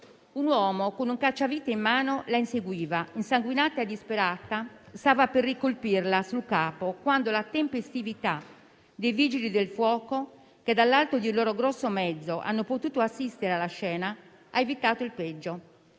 Un uomo con un cacciavite in mano la inseguiva, già insanguinata e disperata, e stava per colpirla di nuovo sul capo quando la tempestività dei Vigili del fuoco, che dall'alto del loro grosso mezzo hanno potuto assistere alla scena, ha evitato il peggio.